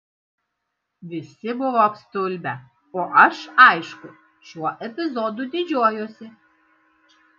visi buvo apstulbę o aš aišku šiuo epizodu didžiuojuosi